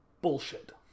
Bullshit